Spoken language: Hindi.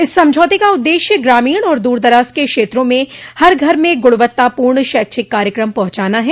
इस समझौते का उद्देश्य ग्रामीण और दूरदराज के क्षेत्रों में हर घर में गुणवत्तापूर्ण शैक्षिक कार्यक्रम पहुंचाना है